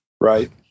Right